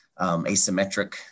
asymmetric